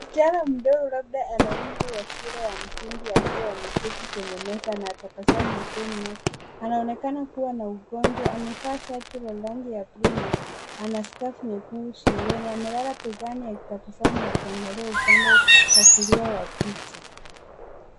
Msichana mdogo labda ana umri wa shule ya msingi akiwa ameketi kwenye meza na tabasamu usoni mwake. Anaonekana kuwa na ugonjwa, amevaa shati la rangi ya buluu na ana scarf nyekundu shingoni. Amelala begani akitabasamu na kuangalia upande wa kulia wa picha.